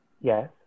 Yes